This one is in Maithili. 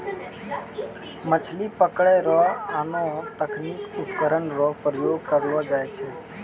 मछली पकड़ै रो आनो तकनीकी उपकरण रो प्रयोग करलो जाय छै